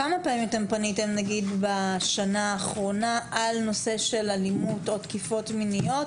כמה פעמים פניתם בשנה האחרונה על נושא של אלימות או תקיפות מיניות